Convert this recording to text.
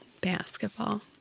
Basketball